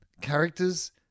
Characters